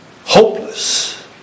hopeless